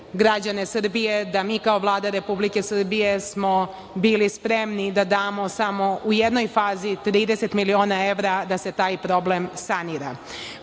građane Srbije da mi kao Vlada Republike Srbije smo bili spremni da damo samo u jednoj fazi 30 miliona evra da se taj problem sanira.